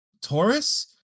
Taurus